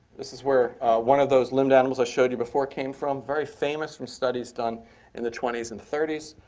this is where one of those limbed animals i showed you before came from. very famous from studies done in the twenty s and thirty s.